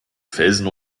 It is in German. felsen